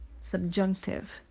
subjunctive